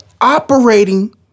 operating